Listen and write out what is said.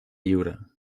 lliure